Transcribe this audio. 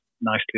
nicely